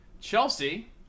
Chelsea